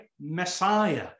Messiah